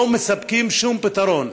לא מספקים שום פתרון,